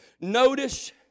Notice